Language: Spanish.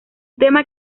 tema